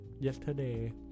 yesterday